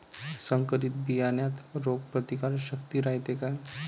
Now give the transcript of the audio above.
संकरित बियान्यात रोग प्रतिकारशक्ती रायते का?